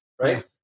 right